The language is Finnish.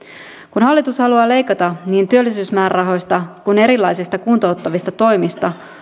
kun hallitus haluaa leikata niin työllisyysmäärärahoista kuin erilaisista kuntouttavista toimista